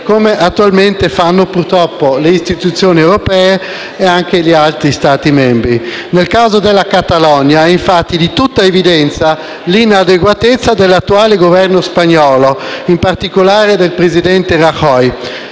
attualmente facendo, purtroppo, le istituzioni europee e anche gli altri Stati membri. Nel caso della Catalogna, infatti è di tutta evidenza l'inadeguatezza dell'attuale Governo spagnolo, in particolare del presidente Rajoy.